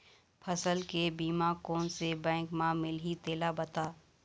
फसल के बीमा कोन से बैंक म मिलही तेला बता?